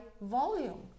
volume